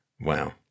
Wow